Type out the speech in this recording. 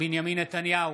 בנימין נתניהו,